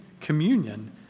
communion